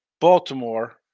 Baltimore